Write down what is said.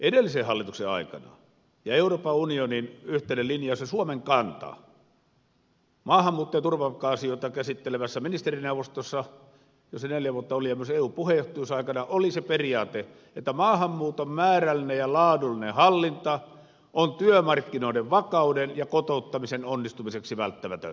edellisen hallituksen aikana ja euroopan unionin yhteinen linjaus ja suomen kanta maahanmuutto ja turvapaikka asioita käsittelevässä ministerineuvostossa jossa neljä vuotta olin ja myös eun puheenjohtajuusaikana oli se periaate että maahanmuuton määrällinen ja laadullinen hallinta on työmarkkinoiden vakauden ja kotouttamisen onnistumiseksi välttämätön